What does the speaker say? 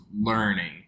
learning